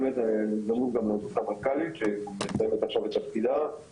באמת הזדמנות גם להודות למנכ"לית שמסיימת עכשיו את תפקידה.